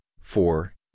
Four